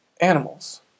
animals